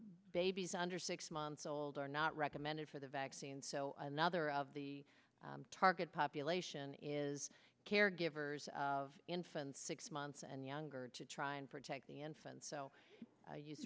babies under six months old are not recommended for the vaccine so another of the target population is caregivers of infants six months and younger to try and protect the infants so i